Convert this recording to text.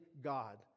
God